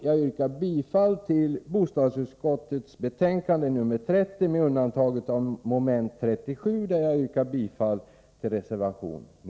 Jag yrkar bifall till bostadsutskottets hemställan i